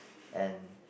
and